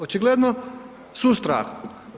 Očigledno su u strahu.